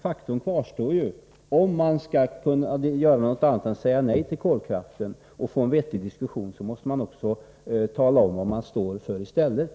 Faktum kvarstår emellertid — om man vill göra något annat än att bara säga nej till kolkraften och om man vill ha en vettig diskussion, då måste man tala om vad man i stället står för.